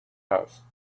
house